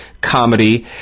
Comedy